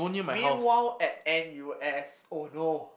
meanwhile at N_U_S oh no